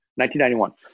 1991